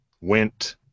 went